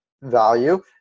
value